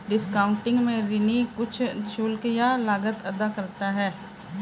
discounting में ऋणी कुछ शुल्क या लागत अदा करता है